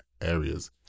areas